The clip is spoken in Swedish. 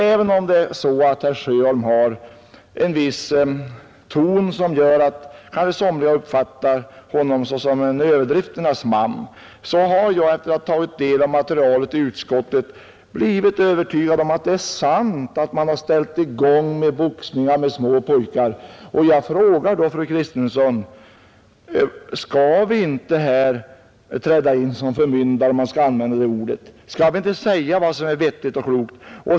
Även om herr Sjöholm har en viss ton, som gör att somliga uppfattar honom såsom en överdrifternas man, har jag efter att ha tagit del av materialet i utskottet blivit övertygad om att det är sant att man har satt i gång med boxning bland småpojkar. Jag frågar då fru Kristensson: Skall vi inte här träda in såsom förmyndare, om jag får använda det ordet? Skall vi inte säga vad som är vettigt och klokt?